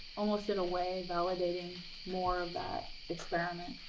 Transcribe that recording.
almost in a way validating more of that experiment.